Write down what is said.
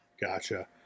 Gotcha